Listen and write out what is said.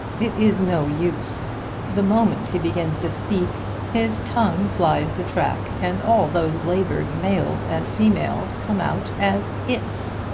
it is no use the moment he begins to speak his tongue flies the track and all those labored males and females come out as its.